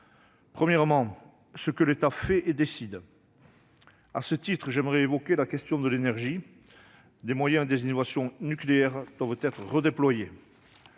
part, ce que l'État fait et décide. À cet égard, j'évoquerai la question de l'énergie. Des moyens et des innovations nucléaires doivent être redéployés.